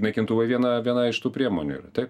naikintuvai viena viena iš tų priemonių yra taip